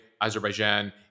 Azerbaijan